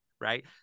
right